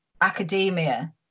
academia